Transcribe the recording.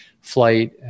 flight